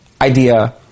idea